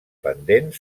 pendent